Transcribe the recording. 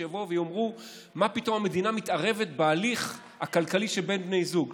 ויבואו ויאמרו: מה פתאום המדינה מתערבת בהליך הכלכלי שבין בני זוג.